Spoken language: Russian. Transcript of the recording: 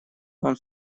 вам